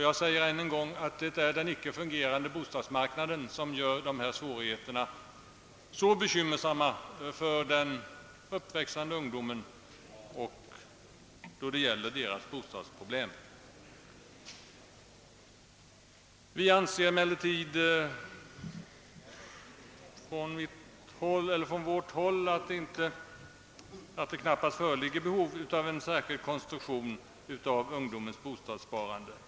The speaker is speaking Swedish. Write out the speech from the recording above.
Jag säger ännu en gång att det är den icke fungerande bostadsmarknaden som gör det så bekymmersamt för den uppväxande ungdomen när det gäller bostadsproblemet. Vi anser från vårt håll att det knappast föreligger behov av en särskild konstruktion av ungdomens bostadssparande.